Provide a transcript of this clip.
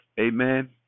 Amen